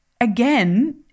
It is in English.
again